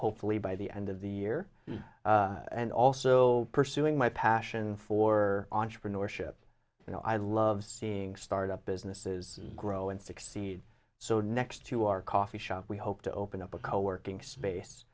hopefully by the end of the year and also pursuing my passion for entrepreneurship and i love seeing start up businesses grow and succeed so next to our coffee shop we hope to open up a co working space